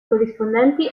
corrispondenti